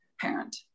parent